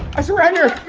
i surrender.